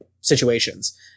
situations